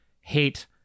hate